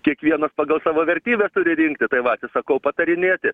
kiekvienas pagal savo vertybę turi rinkti tai va atsisakau patarinėti